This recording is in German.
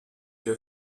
der